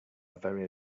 very